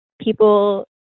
people